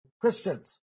Christians